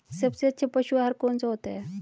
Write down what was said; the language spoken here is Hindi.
सबसे अच्छा पशु आहार कौन सा होता है?